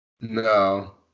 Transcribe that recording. No